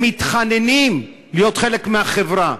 הם מתחננים להיות חלק מהחברה,